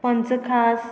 पंच खास